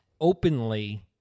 openly